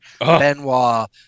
benoit